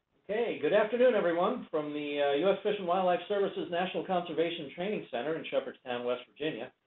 good afternoon everyone from the u s. fish and wildlife service's national conservation training center in shepherdstown, west virginia.